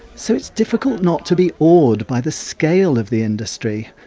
so it's difficult not to be awed by the scale of the industry,